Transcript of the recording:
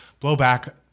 blowback